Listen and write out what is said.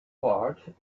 part